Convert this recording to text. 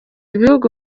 ibihugu